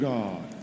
God